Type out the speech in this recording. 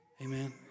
Amen